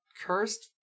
Cursed